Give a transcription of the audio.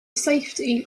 safety